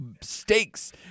stakes